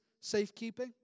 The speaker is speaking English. safekeeping